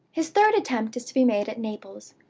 his third attempt is to be made at naples,